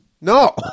no